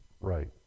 Right